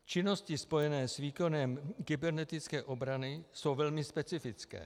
Činnosti spojené s výkonem kybernetické obrany jsou velmi specifické.